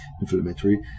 inflammatory